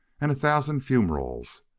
and a thousand fumeroles,